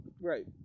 Right